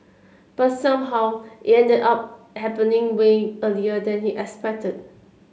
but somehow it ended up happening way earlier than he expected